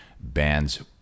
bands